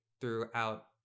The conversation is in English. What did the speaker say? throughout